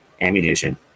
ammunition